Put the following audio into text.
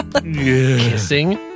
Kissing